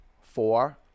four